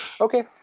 Okay